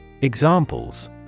Examples